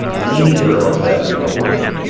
neither of them can win!